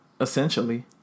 essentially